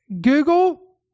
Google